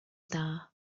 dda